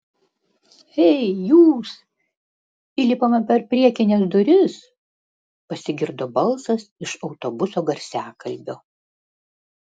ei jūs įlipama per priekines duris pasigirdo balsas iš autobuso garsiakalbio